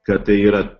kad tai yra